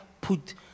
put